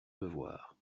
devoir